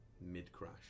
mid-crash